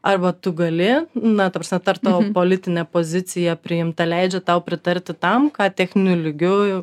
arba tu gali na ta prasme ar tavo politinė pozicija priimta leidžia tau pritarti tam ką techniniu lygiu